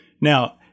Now